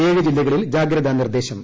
ഏഴ് ജില്ലകളിൽ ജാഗ്രതാ നിർദ്ദേശം